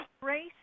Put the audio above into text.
grace